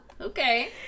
Okay